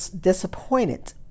disappointed